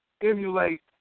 emulate